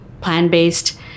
plan-based